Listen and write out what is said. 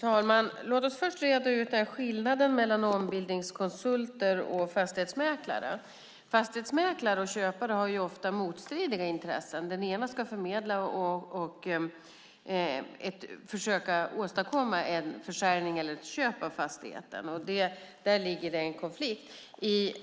Herr talman! Låt oss först reda ut skillnaden mellan ombildningskonsulter och fastighetsmäklare. Fastighetsmäklare och köpare har ofta motstridiga intressen. Den ena ska förmedla och försöka åstadkomma en försäljning eller ett köp av fastigheten, och däri ligger en konflikt.